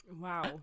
wow